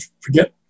forget